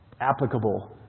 applicable